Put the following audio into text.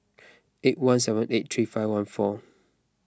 eight one seven eight three five one four